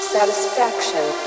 Satisfaction